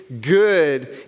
good